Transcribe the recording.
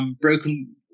broken